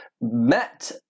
met